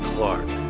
Clark